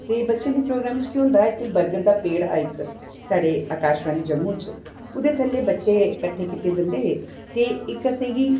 ते बच्चें दे प्रोग्राम च केह् होंदा कि इत्थैं बरगद दा पेड़ हा इक साढ़ै आकाशवानी जम्मू च ओह्दे थल्लै बच्चे किट्ठे कीते जंदे हे ते इक असें गी